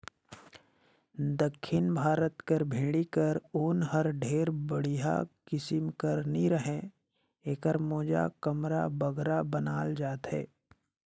दक्खिन भारत कर भेंड़ी कर ऊन हर ढेर बड़िहा किसिम कर नी रहें एकर मोजा, कमरा बगरा बनाल जाथे